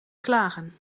klagen